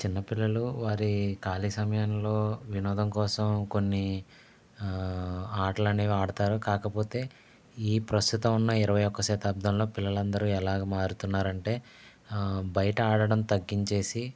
చిన్న పిల్లలు వారి ఖాళీ సమయాలలో వినోదం కోసం కొన్ని ఆటలనేవి ఆడుతారు కాకపోతే ఈ ప్రస్తుతం ఉన్న ఇరవై ఒక్క శతాబ్దంలో పిల్లలందరూ ఎలాగా మారుతున్నారంటే బయట ఆడటం తగ్గించేసి